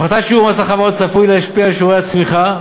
הפחתת שיעור מס החברות צפויה להשפיע על שיעורי הצמיחה,